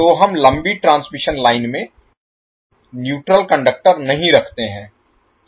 तो हम लम्बी ट्रांसमिशन लाइन में न्यूट्रल कंडक्टर नहीं रखते हैं